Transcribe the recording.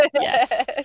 Yes